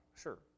sure